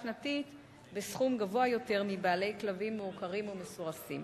שנתית בסכום גבוה יותר מבעלי כלבים מעוקרים או מסורסים.